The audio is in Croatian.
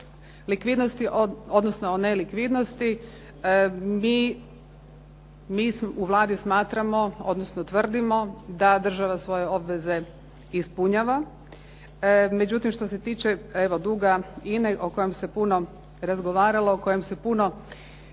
likvidnosti odnosno o nelikvidnosti, mi u Vladi smatramo, odnosno tvrdimo da država svoje obveze ispunjava, međutim, što se tiče duga INA-e o kojem se puno razgovaralo, o kojem se puno